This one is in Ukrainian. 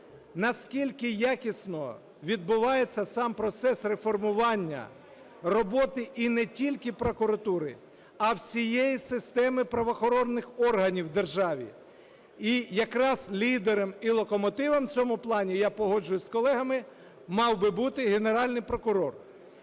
наскільки якісно відбувається сам процес реформування роботи і не тільки прокуратури, а всієї системи правоохоронних органів в державі. І якраз лідером і локомотивом в цьому плані, я погоджуюся з колегами, мав би бути Генеральний прокурор.